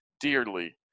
dearly